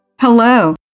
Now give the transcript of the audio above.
Hello